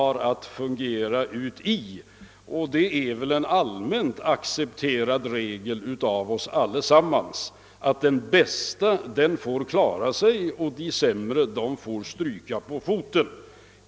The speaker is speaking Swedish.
Det är väl en av oss alla accepterad regel, att den bäste får klara sig och de sämre får stryka på foten.